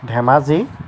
Dhemaji